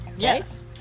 Yes